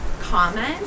comment